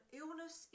illness